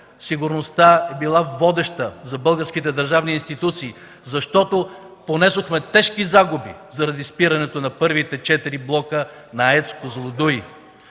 сигурността е била водеща за българските държавни институции, защото понесохме тежки загуби заради спирането на първите четири блока на АЕЦ „Козлодуй”.